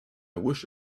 wish